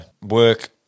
work